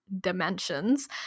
dimensions